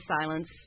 silence